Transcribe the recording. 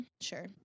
Sure